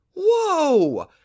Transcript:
whoa